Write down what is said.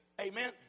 Amen